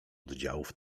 oddziałów